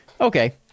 Okay